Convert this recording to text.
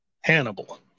Hannibal